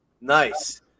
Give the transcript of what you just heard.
Nice